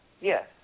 Yes